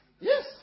Yes